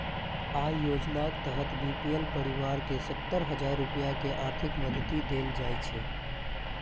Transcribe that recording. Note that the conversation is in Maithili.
अय योजनाक तहत बी.पी.एल परिवार कें सत्तर हजार रुपैया के आर्थिक मदति देल जाइ छै